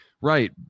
right